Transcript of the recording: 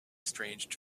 estranged